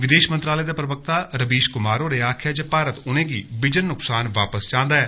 विदेश मंत्रालय दे प्रवक्ता रवीश क्मार होरें आखेया जे भारत उनेंगी बिजन न्कसान वापस चाहंदा ऐ